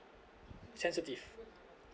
sensitive